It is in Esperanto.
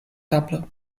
tablo